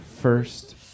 first